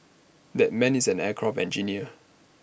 that man is an aircraft engineer